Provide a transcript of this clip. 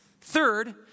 Third